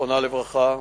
זיכרונה לברכה,